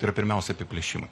tai yra pirmiausia apiplėšimai